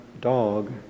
dog